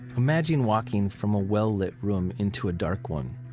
imagine walking from a well-lit room into a dark one.